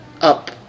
up